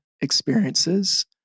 Experiences